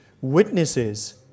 witnesses